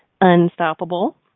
Unstoppable